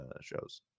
shows